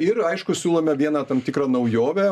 ir aišku siūlome vieną tam tikrą naujovę